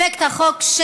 אפקט החוק,